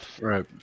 right